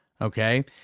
okay